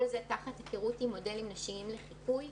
כל זה תחת היכרות עם מודלים נשיים לחיקוי.